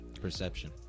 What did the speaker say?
Perception